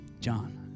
John